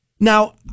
Now